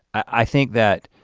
i think that